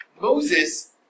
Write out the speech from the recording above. Moses